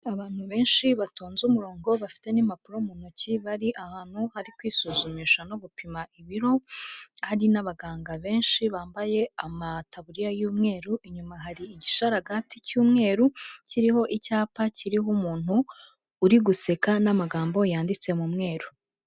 Abantu benshi batonze umurongo bafite n'impapuro mu ntoki bari ahantu hari kwisuzumisha no gupima ibiro, hari n'abaganga benshi bambaye amatabuririya y'umweru, inyuma hari igisharagati cy'umweru kiriho icyapa kiriho umuntu uri guseka n'amagambo yanditse mu mweru.